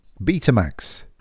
Betamax